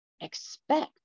Expect